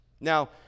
Now